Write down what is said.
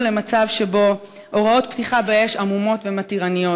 למצב שבו הוראות פתיחה לאש עמומות ומתירניות.